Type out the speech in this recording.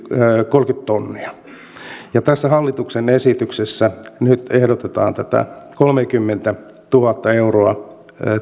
on yli kolmekymmentätuhatta ja tässä hallituksen esityksessä nyt ehdotetaan tätä kolmekymmentätuhatta euroa